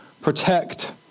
protect